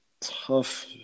tough